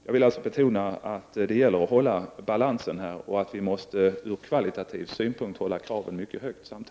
Jag vill betona att det här gäller att hålla balansen och att vi samtidigt ur kvalitativ synpunkt måste ställa kraven mycket högt.